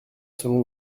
selon